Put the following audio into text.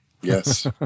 yes